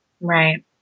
Right